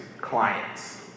clients